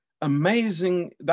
amazing